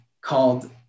called